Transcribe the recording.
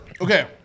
Okay